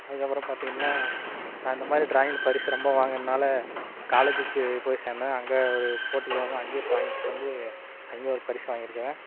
அதுக்கப்புறோம் பார்த்தீங்ள்னா நான் இந்த மாதிரி டிராயிங் பரிசு ரொம்ப வாங்கினதுனால இப்போ காலேஜ்க்கு போய் சேர்ந்தன் அங்கே ஒரு போட்டிக்கு வந்து அங்கேயே டிராயிங் கலந்து அங்கேயும் ஒரு பரிசு வாங்கியிருக்குறன்